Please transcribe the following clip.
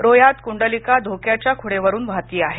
रोहयात कुंडलिका धोक्याच्या खुणेवरून वाहते आहे